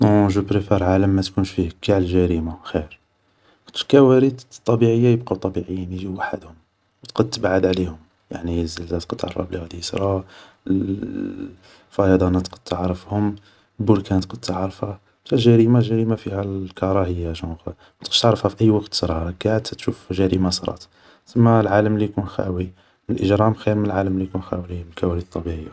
نون جو بريفار عالم ما تكونش فيه قاع الجريمة خير, خاطش الكوارث الطبيعية يبقاو طبيعيين يجيو وحدهم و تقد تبعد عليهم يعني الزنزلة تقد تعرف بلي غادي يصرا, الفياضانات تقد تعرفهم البركان تقد تعرفه الجريمة الجريمة فيها الكراهية جونغ ما تقدش تعرفها في أي وقت تصرا راك قاعد حتى تشوف جريمة صرات سما العالم اللي يكون خاوي من الاجرام خير من العالم اللي يكون خاوي من الكوارث الطبيعية